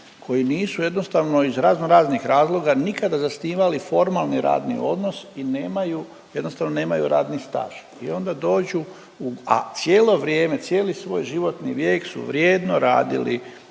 koje nisu jednostavno iz raznoraznih razloga nikada zasnivali formalni radni odnos i nemaju, jednostavno nemaju radni staž i onda dođu, a cijelo vrijeme, cijeli svoj životni vijek su vrijedno radili,